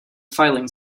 filing